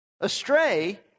astray